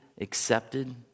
accepted